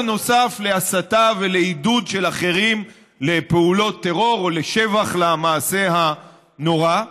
נוסף להסתה ולעידוד של אחרים לפעולות טרור או לשבח למעשה הנורא.